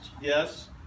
yes